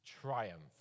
triumph